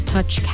Touch